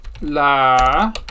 La